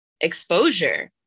exposure